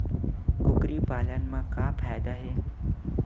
कुकरी पालन म का फ़ायदा हे?